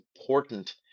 important